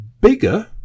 bigger